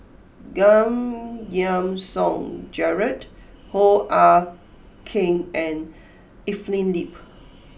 Giam Yean Song Gerald Hoo Ah Kay and Evelyn Lip